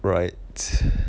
right